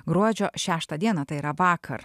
gruodžio šeštą dieną tai yra vakar